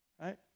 right